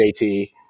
JT